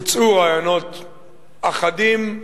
הוצעו רעיונות אחדים.